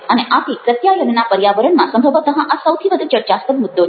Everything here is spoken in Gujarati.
અને આથી પ્રત્યાયનના પર્યાવરણમાં સંભવત આ સૌથી વધુ ચર્ચાસ્પદ મુદ્દો છે